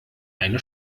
eine